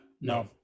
no